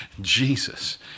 Jesus